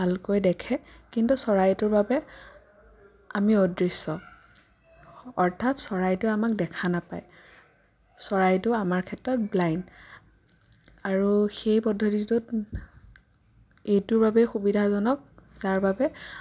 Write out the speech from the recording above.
ভালকৈ দেখে কিন্তু চৰাইটোৰ বাবে আমি অদৃশ্য অৰ্থাৎ চৰাইটোৱে আমাক দেখা নাপায় চৰাইটো আমাৰ ক্ষেত্ৰত ব্লাইণ্ড আৰু সেই পদ্ধতিটোত এইটোৰ বাবেই সুবিধাজনক যাৰ বাবে